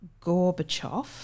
Gorbachev